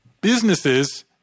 businesses